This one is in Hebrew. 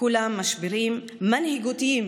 כולם משברים מנהיגותיים,